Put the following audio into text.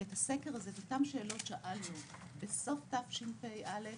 את אותן שאלות שאלנו בסוף תשפ"א,